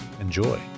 Enjoy